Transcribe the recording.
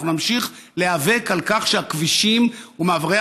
אנחנו נמשיך להיאבק על כך שהכבישים ומעברי